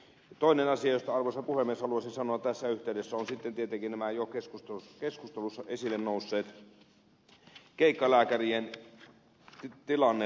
toinen asia josta arvoisa puhemies haluaisin sanoa tässä yhteydessä on sitten tietenkin jo keskustelussa esille noussut keikkalääkärien tilanne